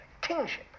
Kingship